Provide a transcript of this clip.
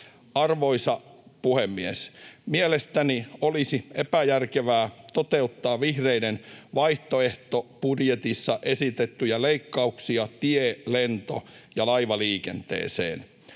Arvoisa puhemies! Mielestäni olisi epäjärkevää toteuttaa vihreiden vaihtoehtobudjetissa esitettyjä leikkauksia tie-, lento- ja laivaliikenteeseen.